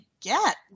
get